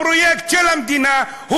הפרויקט של המדינה,